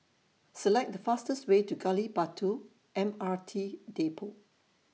Select The fastest Way to Gali Batu M R T Depot